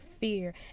fear